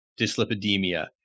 dyslipidemia